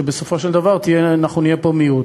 שבסופו של דבר אנחנו נהיה פה מיעוט.